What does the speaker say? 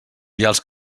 vials